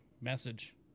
message